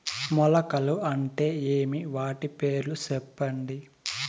మొలకలు అంటే ఏమి? వాటి పేర్లు సెప్పండి?